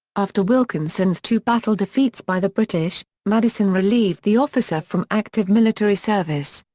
after wilkinson's two battle defeats by the british, madison relieved the officer from active military service.